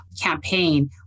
campaign